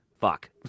fuck